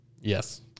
Yes